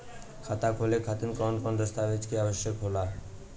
खाता खोले खातिर कौन कौन दस्तावेज के आवश्यक होला?